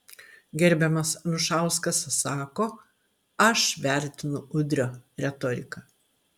gerbiamas anušauskas sako aš vertinu udrio retoriką